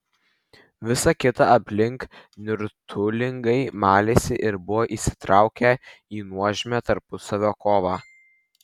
visa kita aplink nirtulingai malėsi ir buvo įsitraukę į nuožmią tarpusavio kovą